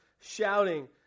shouting